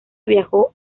viajó